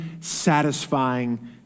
satisfying